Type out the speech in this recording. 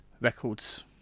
Records